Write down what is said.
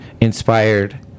Inspired